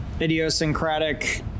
idiosyncratic